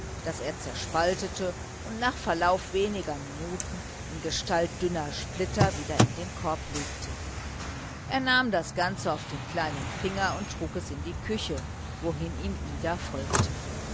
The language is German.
das er zerspaltete und nach verlauf weniger minuten in gestalt dünner splitter wieder in den korb legte er nahm das ganze auf den kleinen finger und trug es in die küche wohin ihm ida folgte